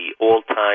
all-time